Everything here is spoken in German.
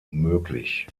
möglich